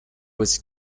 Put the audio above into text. was